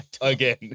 again